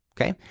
okay